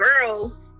girl